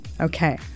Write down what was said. okay